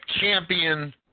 Champion